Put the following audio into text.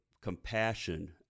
compassion